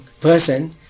person